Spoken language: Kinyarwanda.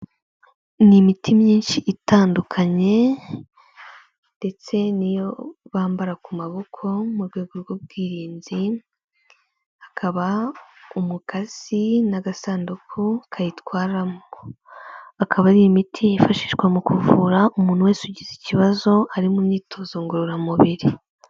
Ni imiti myinshi itandukanye ndetse n'iyo bambara ku maboko mu rwego rw'ubwirinzi, hakaba umukasi n'agasanduku kayitwaramo, akaba ari imiti yifashishwa mu kuvura umuntu wese ugize ikibazo, ari mu myitozo ngororamubiri.